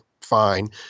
Fine